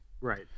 Right